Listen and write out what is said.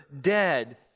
dead